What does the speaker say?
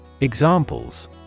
Examples